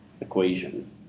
equation